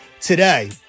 today